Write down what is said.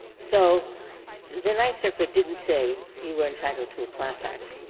so the ninth circuit didn't say you were entitled to a class action.